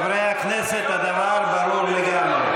הכנסת, הדבר ברור לגמרי.